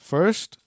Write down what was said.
First